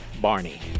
Barney